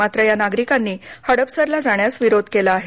मात्र या नागरिकांनी हडपसरला जाण्यास विरोध केला आहे